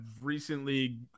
recently